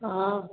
ହଁ